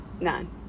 none